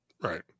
Right